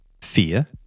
fear